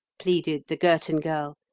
pleaded the girton girl.